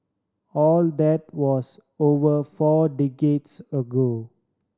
all that was over four decades ago